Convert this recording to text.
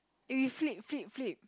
eh flip flip flip